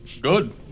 Good